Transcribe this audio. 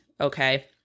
Okay